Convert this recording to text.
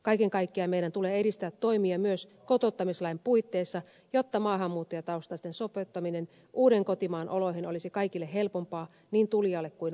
kaiken kaikkiaan meidän tulee edistää toimia myös kotouttamislain puitteissa jotta maahanmuuttajataustaisten sopeuttaminen uuden kotimaan oloihin olisi kaikille helpompaa niin tulijalle kuin vastaanottajille